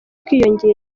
kiyongera